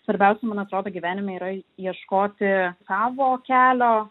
svarbiausia man atrodo gyvenime yra ieškoti savo kelio